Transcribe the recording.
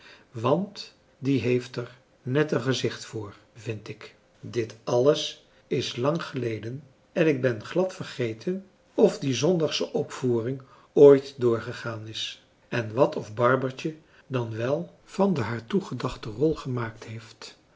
want die heeft er net een gezicht voor vind ik dit alles is lang geleden en ik ben glad vergeten of die zondagsche opvoering ooit doorgegaan is en wat of barbertje dan wel van de haar toegedachte rol gemaakt heeft